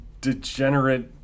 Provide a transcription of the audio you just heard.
degenerate